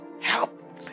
Help